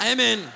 Amen